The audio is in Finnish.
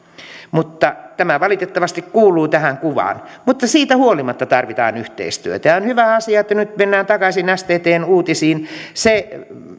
tämä valitettavasti kuuluu tähän kuvaan mutta siitä huolimatta tarvitaan yhteistyötä ja on hyvä asia että nyt mennään takaisin sttn uutisiin se